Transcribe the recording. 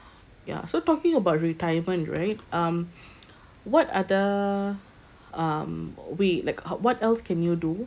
ya so talking about retirement right um what other um way like ho~ what else can you do